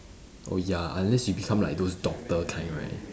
oh ya unless you become like those doctor kind right